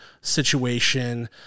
situation